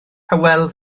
hywel